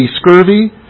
scurvy